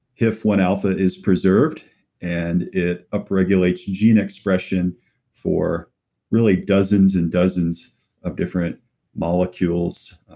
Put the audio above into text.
hif one alpha is preserved and it upregulates gene expression for really dozens and dozens of different molecules,